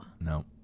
no